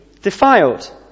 defiled